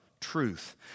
Truth